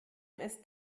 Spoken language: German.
ist